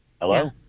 Hello